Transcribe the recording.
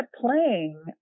playing